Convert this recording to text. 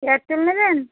Airtel নেবেন